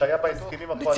שהיה בהסכמים הקואליציוניים.